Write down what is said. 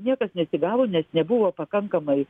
niekas nesigavo nes nebuvo pakankamai